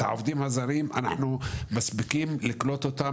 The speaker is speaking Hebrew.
את העובדים הזרים אנחנו מספיקים לקלוט אותם